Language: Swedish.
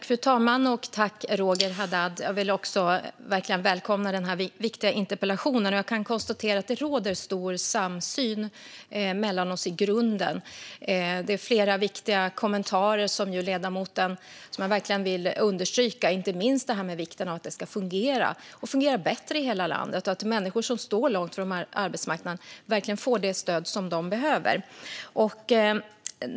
Fru talman! Tack, Roger Haddad! Jag välkomnar verkligen den här viktiga interpellationen. Jag kan konstatera att det i grunden råder stor samsyn mellan oss. Det är flera viktiga kommentarer från ledamoten som jag verkligen vill understryka. Det gäller inte minst vikten av att det ska fungera bättre i hela landet och att människor som står långt ifrån arbetsmarknaden verkligen får det stöd som de behöver.